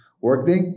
Workday